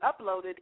uploaded